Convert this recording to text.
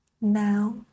Now